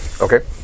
Okay